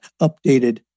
updated